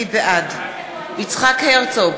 בעד יצחק הרצוג,